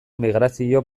migrazio